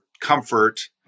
comfort